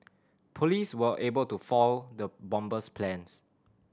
police were able to foil the bomber's plans